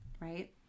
right